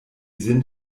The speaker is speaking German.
sind